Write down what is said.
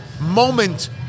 moment